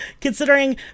Considering